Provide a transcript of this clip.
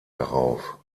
darauf